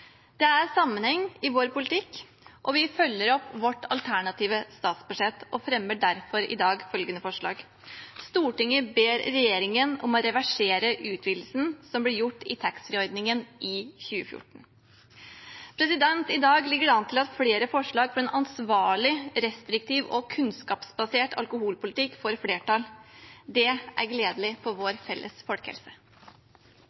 Det er sammenheng i vår politikk. Vi følger opp vårt alternative statsbudsjett og fremmer derfor i dag følgende forslag: «Stortinget ber regjeringen reversere utvidelsen som ble gjort i taxfree-ordningen i 2014.» I dag ligger det an til at flere forslag for en ansvarlig, restriktiv og kunnskapsbasert alkoholpolitikk får flertall. Det er gledelig for vår